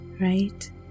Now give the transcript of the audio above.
right